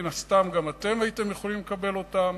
מן הסתם גם אתם הייתם יכולים לקבל אותן,